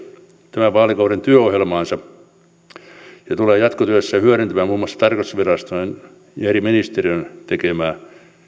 tämän vaalikauden työohjelmaansa ja tulee jatkotyössä hyödyntämään muun muassa tarkastusviraston ja eri ministeriöiden tekemää